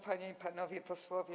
Panie i Panowie Posłowie!